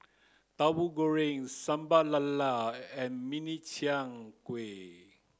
tahu goreng sambal lala and mini chiang kueh